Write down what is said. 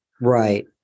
right